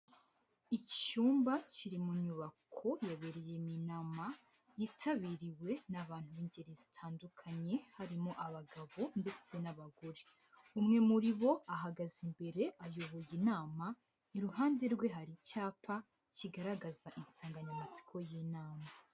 Icyumba kiri mu nyubako yabereyemo inama, yitabiriwe n'abantu b'ingeri zitandukanye, harimo abagabo, ndetse n'abagore, umwe muri bo ahagaze imbere ayoboye inama, iruhande rwe hari icyapa kigaragaza insanganyamatsiko y'inama.